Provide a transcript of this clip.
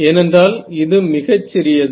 ஏனென்றால் இது மிகச் சிறியது